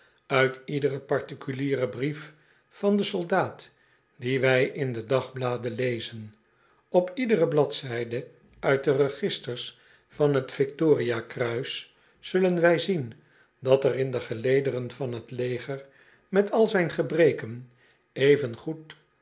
uit iedcren particulieren brief van den soldaat dien wij in de dagbladen lezen op iedere bladzijde uit de registers van t victoria kruis zullen wij zien dat er in de gelederen van t leger met al zijn gebreken